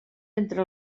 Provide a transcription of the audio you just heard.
entre